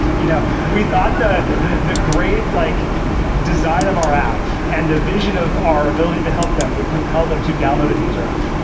you know we thought that the great like design of our app and the vision of our ability to help them would compel them to download and use our app.